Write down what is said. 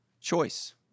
Choice